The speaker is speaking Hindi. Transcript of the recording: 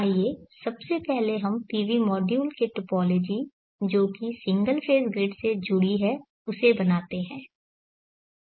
आइए सबसे पहले हम PV मॉड्यूल के टॉपोलॉजी जो कि सिंगल फेज़ ग्रिड से जुड़ी हैं उसे बनाते हैं